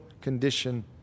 condition